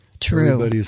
True